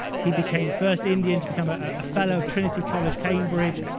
he became the first indian to become a ah fellow of trinity college, cambridge.